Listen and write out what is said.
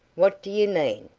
what do you mean?